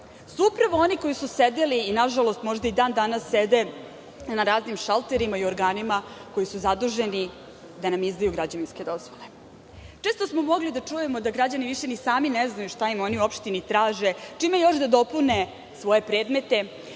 upravo oni koji su sedeli, nažalost, možda i dan danas sede na raznim šalterima i organima koji su zaduženi da nam izdaju građevinske dozvole. Često smo mogli da čujemo da građani više ni sami ne znaju šta im oni u opštini traže, čime još da dopune svoje predmete,